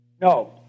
No